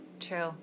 true